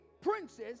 princes